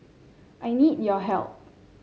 I need your help